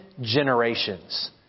generations